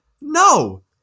No